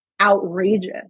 outrageous